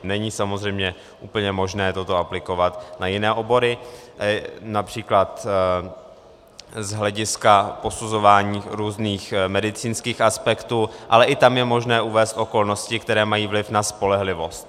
Není samozřejmě úplně možné toto aplikovat na jiné obory, například z hlediska posuzování různých medicínských aspektů, ale i tam je možné uvést okolnosti, které mají vliv na spolehlivost.